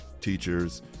teachers